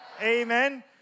amen